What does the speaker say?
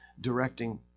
directing